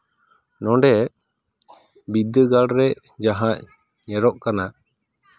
ᱱᱚᱰᱮ ᱵᱤᱫᱽᱫᱟᱹᱜᱟᱲ ᱨᱮ ᱡᱟᱦᱟᱸ ᱧᱮᱞᱚᱜ ᱠᱟᱱᱟ